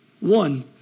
One